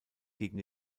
gegen